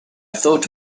thought